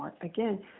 Again